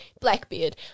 Blackbeard